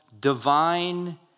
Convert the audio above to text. divine